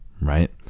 Right